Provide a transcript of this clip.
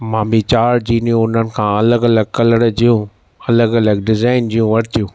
मां बि चारि जीनियूं हुननि खां अलॻि अलॻि कलर जूं अलॻि अलॻि डिज़ाइन जूं वरितियूं